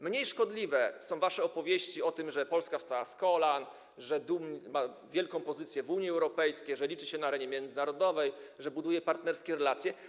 Mniej szkodliwe są wasze opowieści o tym, że Polska wstała z kolan, że ma wielką pozycję w Unii Europejskiej, że liczy się na arenie międzynarodowej, że buduje partnerskie relacje.